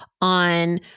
on